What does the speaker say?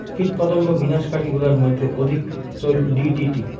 কীটপতঙ্গ বিনাশ কারী গুলার মইধ্যে অধিক চৈল ডি.ডি.টি